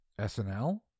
SNL